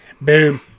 Boom